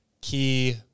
key